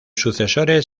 sucesores